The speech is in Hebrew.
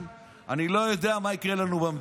שומעים אותו?